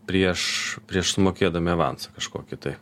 prieš prieš sumokėdami avansą kažkokį tai